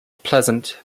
pleasant